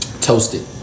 toasted